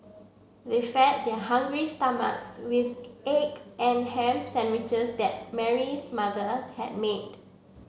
they fed their hungry stomachs with egg and ham sandwiches that Mary's mother had made